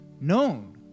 Known